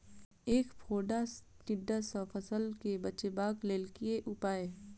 ऐंख फोड़ा टिड्डा सँ फसल केँ बचेबाक लेल केँ उपाय?